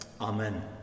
Amen